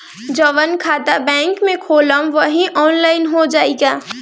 जवन खाता बैंक में खोलम वही आनलाइन हो जाई का?